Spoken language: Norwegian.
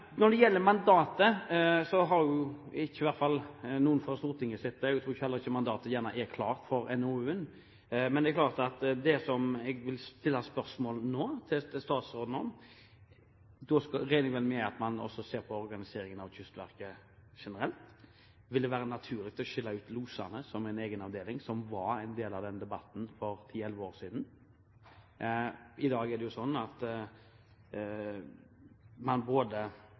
det. Jeg tror heller ikke mandatet er klart for NOU-en. Det som jeg vil stille spørsmål om til statsråden nå, og da regner jeg med at man også ser på organiseringen av Kystverket generelt, er: Vil det være naturlig å skille ut losene som en egen avdeling, noe som var en del av debatten for ti–elleve år siden? I dag er det jo slik at man både